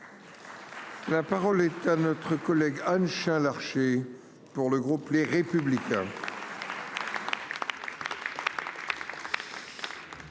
La parole est à notre collègue Anne Chain Larché pour le groupe Les Républicains.